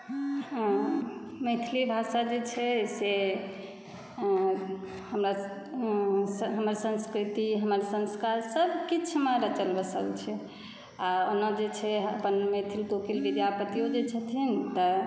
मैथिली भाषा जे छै से हमरा हमर संस्कृति हमर संस्कारसभ किछुमऽ रचल बसल छै आ ओना जे छै अपन मैथिल कोकिल विद्यापतियो जे छथिन तऽ